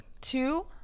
two